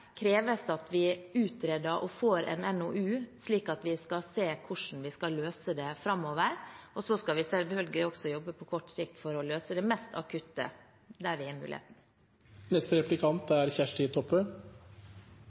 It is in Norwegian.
vi utreder og får en NOU, slik at vi kan se hvordan vi skal løse det framover. Men vi skal selvfølgelig også jobbe på kort sikt for å løse det mest akutte, der vi har mulighet. Det gjeld det første forslaget i